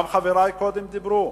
גם חברי קודם דיברו.